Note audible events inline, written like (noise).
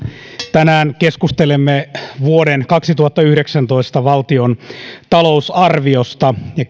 tänään keskustelemme vuoden kaksituhattayhdeksäntoista valtion talousarviosta ja (unintelligible)